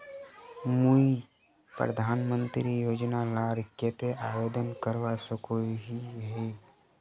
मुई प्रधानमंत्री योजना लार केते आवेदन करवा सकोहो ही?